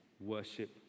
worship